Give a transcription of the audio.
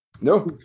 No